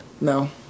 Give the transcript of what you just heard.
no